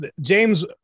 James